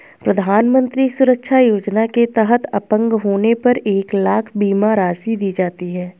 प्रधानमंत्री सुरक्षा योजना के तहत अपंग होने पर एक लाख बीमा राशि दी जाती है